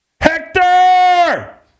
Hector